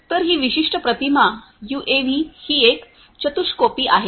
तर ही विशिष्ट प्रतिमा यूएव्ही ही एक चतुष्कोपी आहे